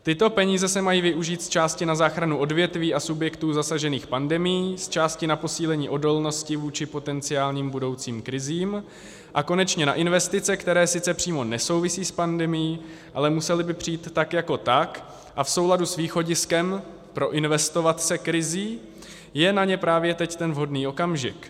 Tyto peníze se mají využít zčásti na záchranu odvětví a subjektů zasažených pandemií, zčásti na posílení odolnosti vůči potenciálním budoucím krizím, a konečně na investice, které sice přímo nesouvisí s pandemií, ale musely by přijít tak jako tak, a v souladu s východiskem proinvestovat se krizí je na ně právě teď ten vhodný okamžik.